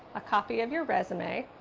a copy of your resume,